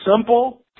simple